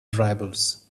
variables